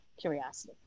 curiosity